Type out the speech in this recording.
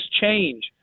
change